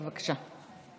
בבקשה.